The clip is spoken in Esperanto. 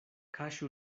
kaŝu